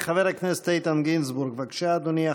חבר הכנסת איתן גינזבורג, בבקשה, אדוני.